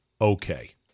okay